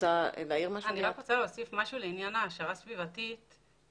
לעניין ההעשרה הסביבתית,